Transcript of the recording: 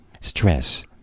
stress